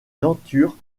denture